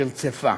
קרצפה